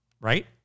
Right